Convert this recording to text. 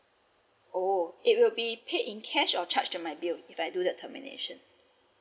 oh it will be paid in cash or charged to my bill if I do the termination